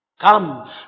Come